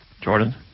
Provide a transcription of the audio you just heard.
Jordan